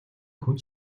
хүн